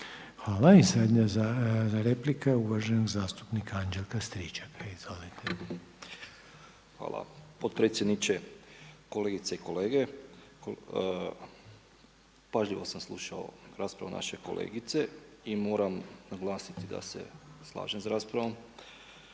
Anđelka Stričaka, izvolite. **Stričak, Anđelko (HDZ)** Hvala potpredsjedniče, kolegice i kolege. Pažljivo sam slušao raspravu naše kolegice i moram naglasiti da se slažem sa raspravom.